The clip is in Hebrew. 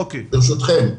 ברשותכם.